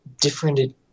different